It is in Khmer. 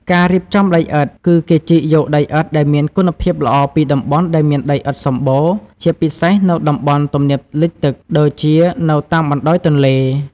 ការរៀបចំដីឥដ្ឋ គឺគេជីកយកដីឥដ្ឋដែលមានគុណភាពល្អពីតំបន់ដែលមានដីឥដ្ឋសម្បូរ ជាពិសេសនៅតំបន់ទំនាបលិចទឹក ដូចជានៅតាមបណ្តោយទន្លេ។